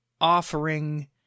offering